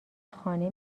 خانه